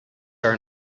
are